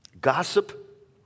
Gossip